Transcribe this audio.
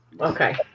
Okay